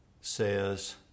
says